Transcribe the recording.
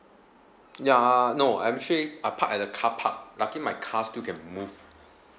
ya no actually I park at the car park lucky my car still can move